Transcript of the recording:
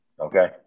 Okay